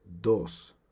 Dos